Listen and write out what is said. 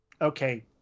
Okay